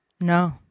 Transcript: No